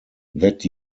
that